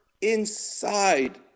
inside